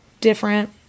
different